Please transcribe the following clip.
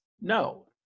No